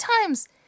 times